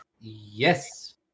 Yes